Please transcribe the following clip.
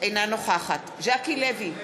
אינה נוכחת ז'קי לוי,